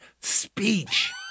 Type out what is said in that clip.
speech